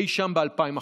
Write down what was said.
אי-שם ב-2011.